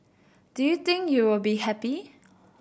do you think you will be happy